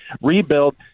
rebuild